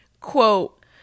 quote